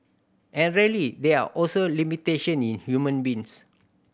and really there are also limitation in human beings